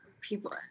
People